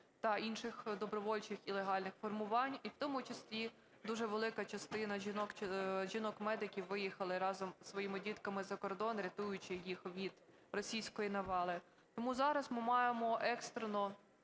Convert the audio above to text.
та інших добровольчих і легальних формувань. І в тому числі дуже велика частина жінок-медиків виїхали разом з своїми дітками за кордон, рятуючи їх від російської навали. Тому зараз ми маємо екстрено